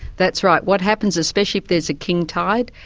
that's right. what happens, especially if there's a king tide,